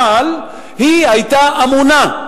אבל היא היתה אמונה,